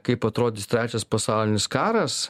kaip atrodys trečias pasaulinis karas